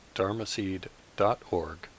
dharmaseed.org